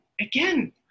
again